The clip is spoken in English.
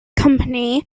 company